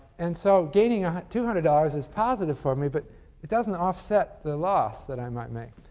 and so gaining ah two hundred dollars is positive for me but it doesn't offset the loss that i might make.